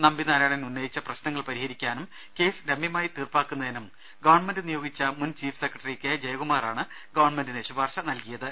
നമ്പിനാരായണൻ ഉന്നയിച്ച പ്രശ്നങ്ങൾ പരിഹരിക്കാനും കേസ് രമ്യമായി തീർപ്പാക്കുന്നതിനും ഗവൺമെന്റ് നിയോഗിച്ച മുൻ ചീഫ് സെക്ര ട്ടറി കെ ജയകുമാറാണ് ഗവൺമെന്റിന് ശുപാർശ നൽകിയത്